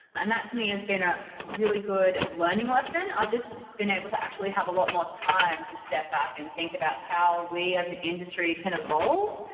and that to me has been a really good learning lesson. i've just been able to actually have a lot more time to step back and think about how we as an industry can evolve.